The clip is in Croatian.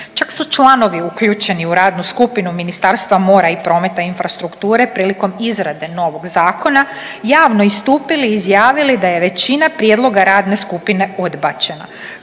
Čak su članovi uključeni u radnu skupinu Ministarstva mora i prometa, infrastrukture prilikom izrade novog zakona javno istupili i izjavili da je većina prijedloga radne skupine odbačena